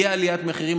תהיה עליית מחירים,